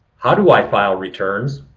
how do i file returns?